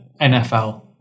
NFL